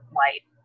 white